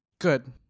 good